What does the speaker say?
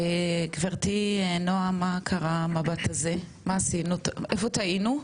גברתי, מה קרה המבט הזה, מה עשינו, איפה טעינו?